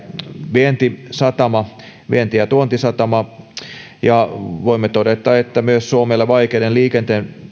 vientisatama vienti ja tuontisatama ja voimme todeta että myös suomelle vaikeiden liikenteen